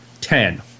ten